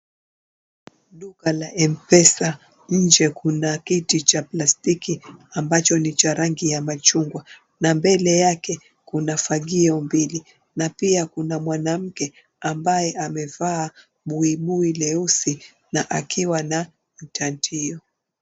Duka la mpesa, nje kuna kiti cha plastiki ambacho ni cha rangi ya machungwa na mbele yake kuna fagio mbili na pia kuna mwanamke ambaye amevaa buibui leusi na akiwa na mtandio.